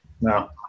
No